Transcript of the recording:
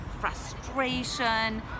frustration